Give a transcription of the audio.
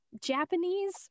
Japanese